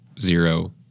zero